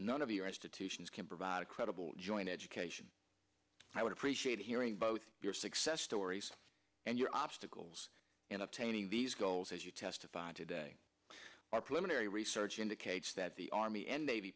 none of your institutions can provide a credible joint education i would appreciate hearing both your success stories and your obstacles in obtaining these goals as you testified today our preliminary research indicates that the army and navy